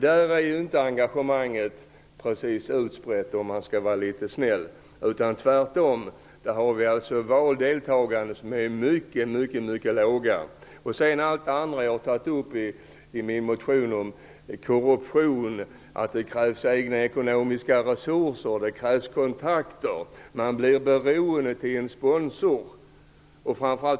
Där är engagemanget inte precis så utbrett, för att vara litet snäll, utan tvärtom. Där är valdeltagandet mycket lågt. I min motion har jag tagit upp frågan om korruption. Det krävs egna ekonomiska resurser och kontakter. Man blir beroende av en sponsor.